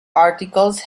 articles